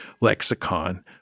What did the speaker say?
lexicon